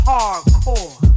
Hardcore